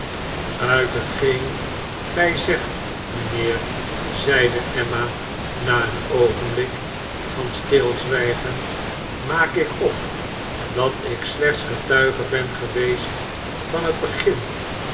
uit hetgeen gij zegt mijnheer zeide emma na een oogenblik van stilzwijgen maak ik op dat ik slechts getuige ben geweest van het begin